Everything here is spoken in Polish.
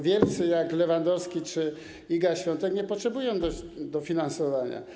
Wielcy, jak Lewandowski czy Iga Świątek, nie potrzebują dofinansowania.